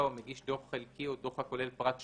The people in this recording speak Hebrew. או מגיש דוח חלקי או דוח הכולל פרט שגוי,